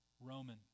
Roman